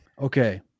Okay